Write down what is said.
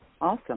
Awesome